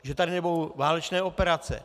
Že tady nebudou válečné operace.